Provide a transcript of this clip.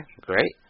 great